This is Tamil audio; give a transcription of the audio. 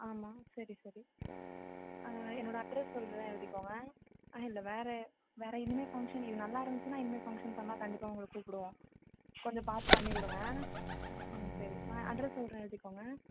ஆமாம் சரி சரி ஆ என்னோட அட்ரஸ் சொல்கிறேன் எழுதிக்கங்க இல்லை வேறு வேறு இனிமேல் ஃபங்சன் இது நல்லாருந்திச்சுன்னா இனிமேல் ஃபங்சன் பண்ணால் கண்டிப்பாக உங்களை கூப்பிடுவோம் கொஞ்சம் பார்த்து பண்ணி கொடுங்க ம் சரி அட்ரஸ் சொல்கிறேன் எழுதிக்கங்க